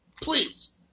Please